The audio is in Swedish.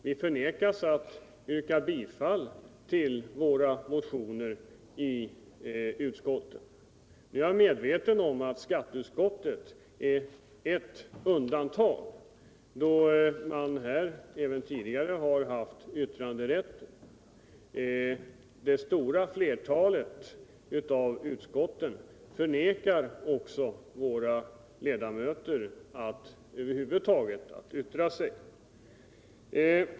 Vi får inte yrka bifall till våra motioner i utskotten. Jag är medveten om att skatteutskottet är ett undantag, då man där redan tidigare haft yttranderätt. Det stora flertalet utskott vägrar däremot våra ledamöter att över huvud taget yttra sig.